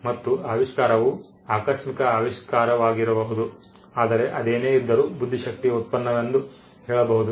ಮತ್ತು ಆವಿಷ್ಕಾರವು ಆಕಸ್ಮಿಕ ಆವಿಷ್ಕಾರವಾಗಿರಬಹುದು ಆದರೆ ಅದೇನೇ ಇದ್ದರೂ ಬುದ್ಧಿಶಕ್ತಿಯ ಉತ್ಪನ್ನವೆಂದು ಹೇಳಬಹುದು